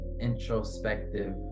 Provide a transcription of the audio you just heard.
introspective